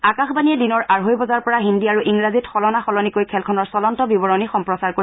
আকাশবাণীয়ে দিনৰ আঢ়ৈ বজাৰ পৰা হিন্দী আৰু ইংৰাজীত সলনা সলনিকৈ খেলখনৰ চলন্ত বিৱৰণী সম্প্ৰচাৰ কৰিব